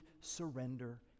surrender